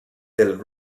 del